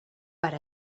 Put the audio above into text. per